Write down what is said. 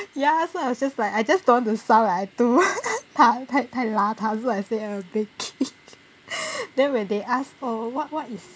ya so I was just like I just don't want to sound like I'm too what 太太邋遢 so I say err baking then when they asked what what is